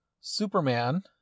Superman